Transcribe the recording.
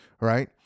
right